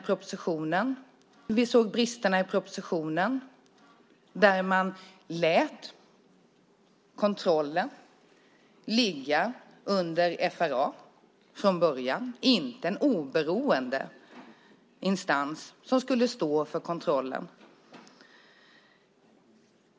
Vi såg bristerna i propositionen. Man lät kontrollen ligga under FRA från början. Det var inte en oberoende instans som skulle stå för kontrollen.